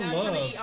love